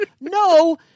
No